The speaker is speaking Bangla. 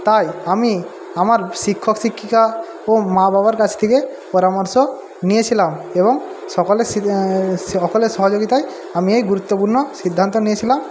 তাই আমি আমার শিক্ষক শিক্ষিকা ও মা বাবার কাছ থেকে পরামর্শ নিয়েছিলাম এবং সকলের সকলের সহযোগিতায় আমি এই গুরুত্বপূর্ণ সিদ্ধান্ত নিয়েছিলাম